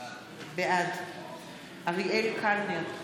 בעד אריאל קלנר,